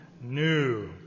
new